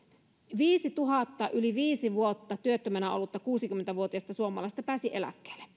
viisituhatta yli viisi vuotta työttömänä ollutta kuusikymmentä vuotiasta suomalaista pääsi eläkkeelle